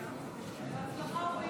על ההצהרה) בהצלחה, אוריאל.